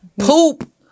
poop